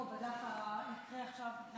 דרך אגב, אין פה רשימת דוברים.